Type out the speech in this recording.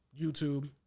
YouTube